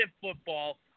football